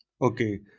Okay